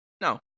No